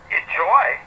enjoy